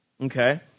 Okay